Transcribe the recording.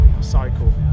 cycle